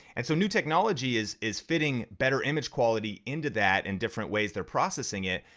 and so new technology is is fitting better image quality into that and different ways they're processing it,